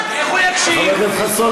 חבר הכנסת חסון,